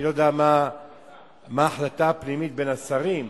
אני לא יודע מה ההחלטה הפנימית בין השרים,